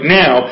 now